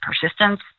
persistence